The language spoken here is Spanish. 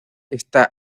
está